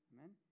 Amen